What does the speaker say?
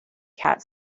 cat